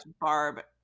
Barb